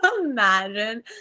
imagine